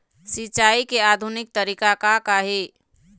सिचाई के आधुनिक तरीका का का हे?